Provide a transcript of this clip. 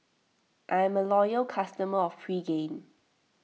I'm a loyal customer of Pregain